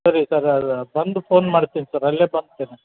ಸರಿ ಸರ್ ಅದು ಬಂದು ಫೋನ್ ಮಾಡ್ತೀನಿ ಸರ್ ಅಲ್ಲೇ ಬರ್ತೇನೆ